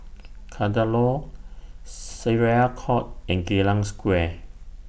Kadaloor Syariah Court and Geylang Square